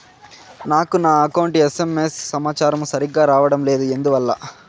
నాకు నా account SMS సమాచారము సరిగ్గా రావడం లేదు ఎందువల్ల?